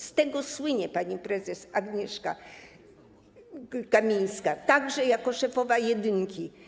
Z tego słynie pani prezes Agnieszka Kamińska, także jako szefowa Jedynki.